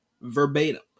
verbatim